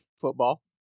football